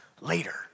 later